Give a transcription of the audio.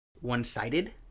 one-sided